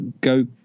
go